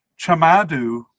chamadu